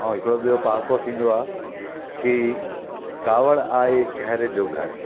अऊं हिकड़ो ॿियो पाहाको थींदो आहे की कावड़ आए कहर जो घर